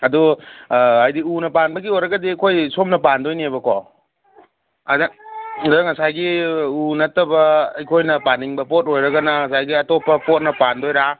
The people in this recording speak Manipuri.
ꯑꯗꯣ ꯍꯥꯏꯗꯤ ꯎꯅ ꯄꯥꯟꯕꯒꯤ ꯑꯣꯏꯔꯒꯗꯤ ꯑꯩꯈꯣꯏ ꯁꯣꯝꯅ ꯄꯥꯟꯗꯣꯏꯅꯦꯕꯀꯣ ꯑꯗ ꯑꯗ ꯉꯁꯥꯏꯒꯤ ꯎ ꯅꯠꯇꯕ ꯑꯩꯈꯣꯏꯅ ꯄꯥꯟꯅꯤꯡꯕ ꯄꯣꯠ ꯑꯣꯏꯔꯒꯅ ꯉꯁꯥꯏꯒꯤ ꯑꯇꯣꯞꯄ ꯄꯣꯠꯅ ꯄꯥꯟꯗꯣꯏꯔꯥ